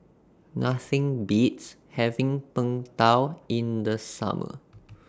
Nothing Beats having Png Tao in The Summer